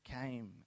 came